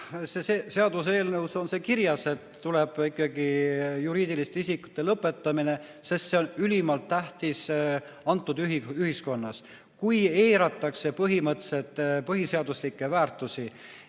Seaduseelnõus on see kirjas, et tuleb ikkagi juriidiliste isikute lõpetamine, sest see on ülimalt tähtis antud ühiskonnas. Kui eiratakse põhimõtteliselt põhiseaduslikke väärtusi